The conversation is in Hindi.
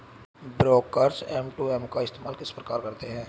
ब्रोकर्स एम.टू.एम का इस्तेमाल किस प्रकार से करते हैं?